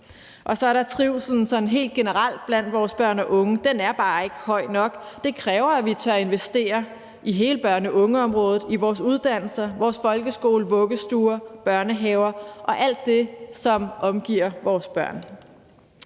Og så er der trivslen sådan helt generelt blandt vores børn og unge. Den er bare ikke høj nok. Det kræver, at vi tør investere i hele børn og unge-området, i vores uddannelser, vores folkeskole, vuggestuer, børnehaver og alt det, som omgiver vores børn.